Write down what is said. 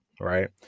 Right